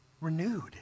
renewed